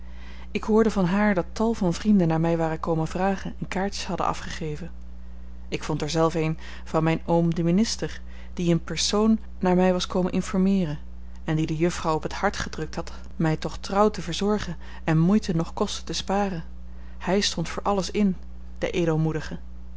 ik hoorde van haar dat tal van vrienden naar mij waren komen vragen en kaartjes hadden afgegeven ik vond er zelf een van mijn oom den minister die in persoon naar mij was komen informeeren en die de juffrouw op het hart gedrukt had mij toch trouw te verzorgen en moeite noch kosten te sparen hij stond voor alles in de